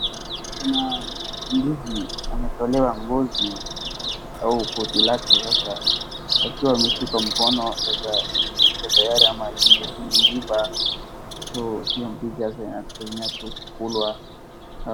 Kuna ndizi imetolewa ngozi au koti lake sasa akiwa ameshikwa mkono sasa iko tayari ama imeiva. So sio mbichi sasa inaweza tu kukulwa.